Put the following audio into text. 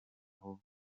aho